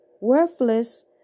worthless